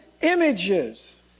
images